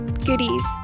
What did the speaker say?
Goodies